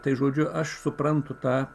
tai žodžiu aš suprantu tą